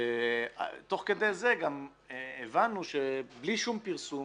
תוך כדי זה גם הבנו שבלי שום פרסום